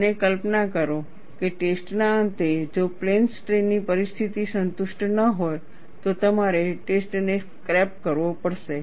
અને કલ્પના કરો કે ટેસ્ટના અંતે જો પ્લેન સ્ટ્રેઈન ની પરિસ્થિતિ સંતુષ્ટ ન હોય તો તમારે ટેસ્ટ ને સ્ક્રેપ કરવો પડશે